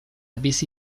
bizi